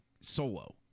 Solo